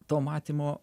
to matymo